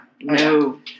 No